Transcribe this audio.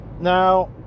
Now